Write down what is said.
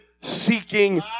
seeking